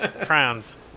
Crowns